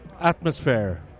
Atmosphere